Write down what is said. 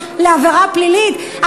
לעבירה פלילית.